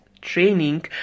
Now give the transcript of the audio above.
training